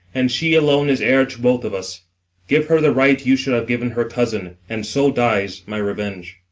and she alone is heir to both of us give her the right you should have given her cousin, and so dies my revenge.